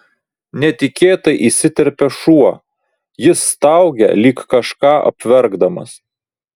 netikėtai įsiterpia šuo jis staugia lyg kažką apverkdamas